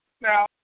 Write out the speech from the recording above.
Now